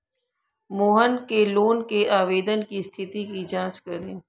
मोहन के लोन के आवेदन की स्थिति की जाँच करें